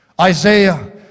Isaiah